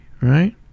right